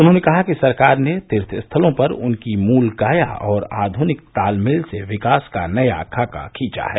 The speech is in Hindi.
उन्होंने कहा कि सरकार ने तीर्थस्थलों पर उनकी मूल काया और आधुनिक तालमेल से विकास का नया खाका खीचा है